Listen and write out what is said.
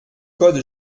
code